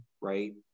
right